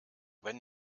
wenn